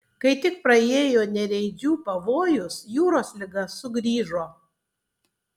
kai tik praėjo nereidžių pavojus jūros liga sugrįžo